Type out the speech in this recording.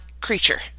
creature